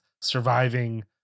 surviving